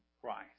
Christ